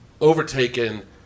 overtaken